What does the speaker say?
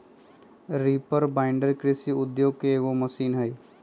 reaper binder कृषि उद्योग के एगो मशीन हई